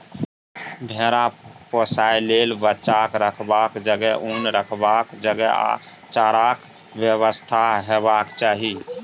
भेरा पोसय लेल बच्चाक रखबाक जगह, उन रखबाक जगह आ चाराक बेबस्था हेबाक चाही